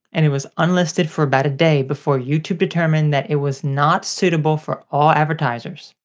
and it was unlisted for about a day before youtube determined that it was not suitable for all advertisers.